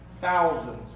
thousands